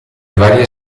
varie